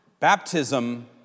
Baptism